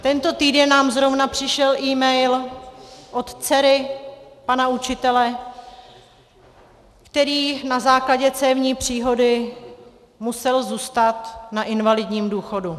Tento týden nám zrovna přišel email od dcery pana učitele, který na základě cévní příhody musel zůstat na invalidním důchodu.